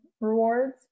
rewards